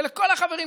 ולכל החברים,